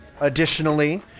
additionally